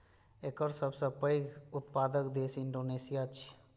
एकर सबसं पैघ उत्पादक देश इंडोनेशिया छियै